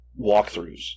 walkthroughs